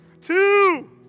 two